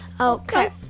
Okay